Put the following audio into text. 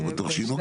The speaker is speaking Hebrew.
לא בטוח שהוא נוגד.